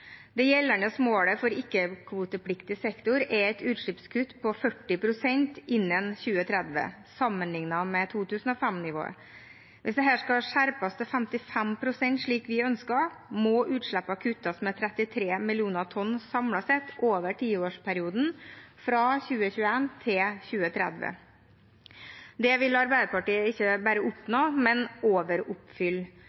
Det gjeldende målet for ikke-kvotepliktig sektor er et utslippskutt på 40 pst. innen 2030 sammenlignet med 2005-nivået. Hvis det skal skjerpes til 55 pst., slik vi ønsker, må utslippene kuttes med 33 millioner tonn samlet sett over tiårsperioden fra 2021–2030. Det vil Arbeiderpartiet ikke bare